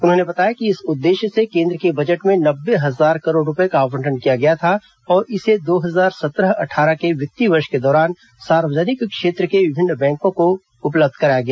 उन्होंने बताया कि इस उद्देश्य से केंद्र के बजट में नब्बे हजार करोड़ रुपए का आवंटन किया गया था और इसे दो हजार सत्रह अट्ठारह के वित्तीय वर्ष के दौरान सार्वजनिक क्षेत्र के विभिन्न बैंकों को उपलब्ध कराया गया